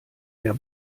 der